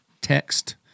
text